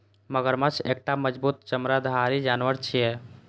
मगरमच्छ एकटा मजबूत चमड़ाधारी जानवर छियै